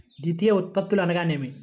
ద్వితీయ ఉత్పత్తులు అనగా నేమి?